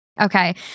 Okay